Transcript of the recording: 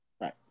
Right